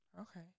Okay